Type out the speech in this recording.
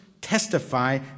testify